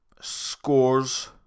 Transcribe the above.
scores